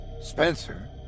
Spencer